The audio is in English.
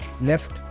left